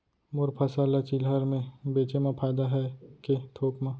मोर फसल ल चिल्हर में बेचे म फायदा है के थोक म?